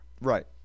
Right